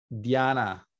diana